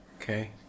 Okay